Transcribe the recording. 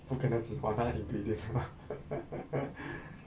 不可能只还她 ingredient mah